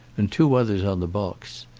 and two others on the box.